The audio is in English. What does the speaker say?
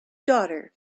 daughter